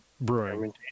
brewing